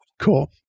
Cool